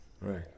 Right